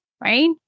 right